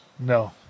No